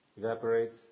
evaporates